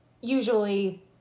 usually